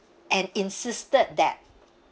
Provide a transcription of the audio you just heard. and insisted that